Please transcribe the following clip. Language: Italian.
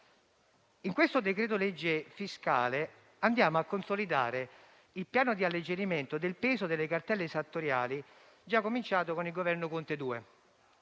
cosiddetto fiscale andiamo a consolidare il piano di alleggerimento del peso delle cartelle esattoriali già cominciato con il Governo Conte II.